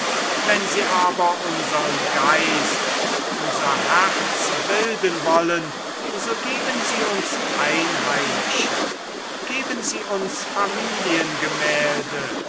wenn sie aber unsern geist unser herz bilden wollen so geben sie uns einheimische geben sie uns